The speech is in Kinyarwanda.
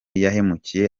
yahemukiye